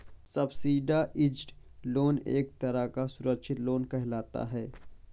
subsidised loan एक तरह का सुरक्षित लोन कहलाता है